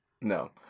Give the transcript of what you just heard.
No